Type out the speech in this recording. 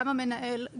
גם המנהל,